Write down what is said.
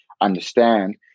understand